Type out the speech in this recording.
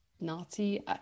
Nazi